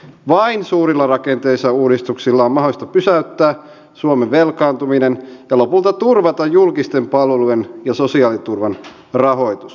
vain suurilla rakenteellisilla uudistuksilla on mahdollista pysäyttää suomen velkaantuminen ja lopulta turvata julkisten palvelujen ja sosiaaliturvan rahoitus